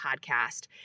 podcast